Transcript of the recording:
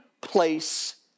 place